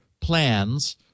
plans